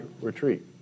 retreat